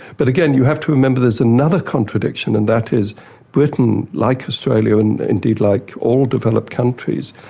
but again, you have to remember there's another contradiction, and that is britain, like australia, and indeed like all developed countries,